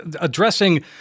addressing